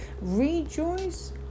Rejoice